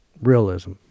realism